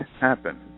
happen